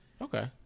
okay